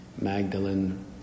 Magdalene